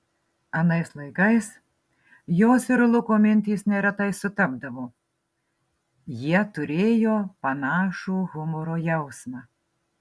anais laikais jos ir luko mintys neretai sutapdavo jie turėjo panašų humoro jausmą